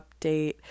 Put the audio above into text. update